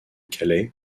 calais